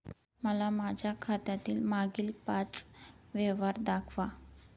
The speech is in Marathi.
मला माझ्या खात्यातील मागील पांच व्यवहार दाखवा